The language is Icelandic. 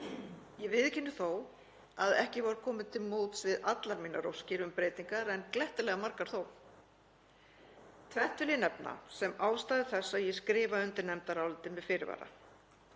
Ég viðurkenni þó að ekki var komið til móts við allar mínar óskir um breytingar en glettilega margar þó. Tvennt vil ég nefna sem ástæðu þess að ég skrifa undir nefndarálitið með fyrirvara.